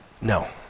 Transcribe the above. No